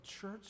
church